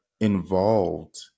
involved